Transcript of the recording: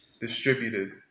distributed